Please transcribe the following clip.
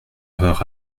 erreur